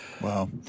wow